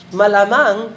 malamang